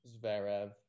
Zverev